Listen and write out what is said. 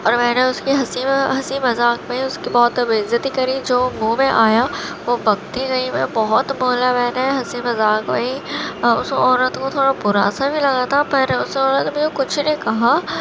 اور میں نے اس کی ہنسی میں ہنسی مذاق میں اس کی بہت بےعزتی کری جو منہ میں آیا وہ بکتی رہی میں بہت بولا میں نے ہنسی مذاق میں ہی اور اس عورت کو تھوڑا برا سا بھی لگا تھا پر اس عورت نے کچھ نہیں کہا